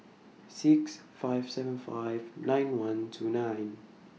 six five seven five nine one two nine